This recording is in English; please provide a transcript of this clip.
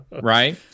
right